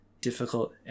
difficult